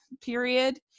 period